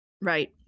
Right